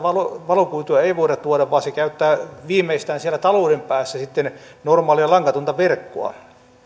valokuitua ei voida tuoda vaan se käyttää viimeistään siellä talouden päässä sitten normaalia langatonta verkkoa